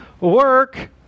work